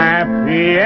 Happy